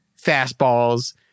fastballs